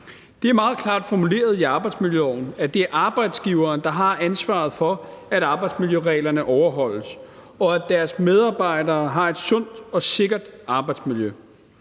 Det er meget klart formuleret i arbejdsmiljøloven, at det er arbejdsgiveren, der har ansvaret for, at arbejdsmiljøreglerne overholdes, og for, at deres medarbejdere har et sundt og sikkert arbejdsmiljø.